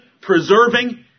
preserving